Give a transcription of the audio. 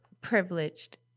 Privileged